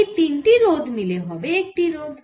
এই তিনটি রোধ মিলে হবে একটি রোধ